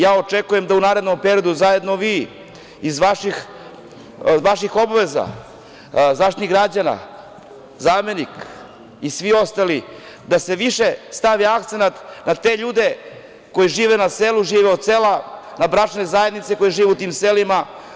Ja očekujem da u narednom periodu zajedno vi iz vaših obaveza, Zaštitnik građana, zamenik i svi ostali, da se više stavi akcenat na te ljude koji žive na selu, žive od sela, na bračne zajednice koje žive u tim selima.